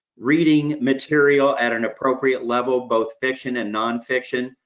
reading material at an appropriate level, both fiction and non-fiction,